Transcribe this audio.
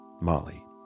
Molly